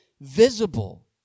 visible